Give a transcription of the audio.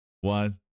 one